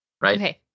right